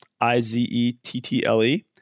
I-Z-E-T-T-L-E